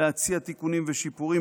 להציע תיקונים ושיפורים,